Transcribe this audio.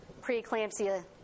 preeclampsia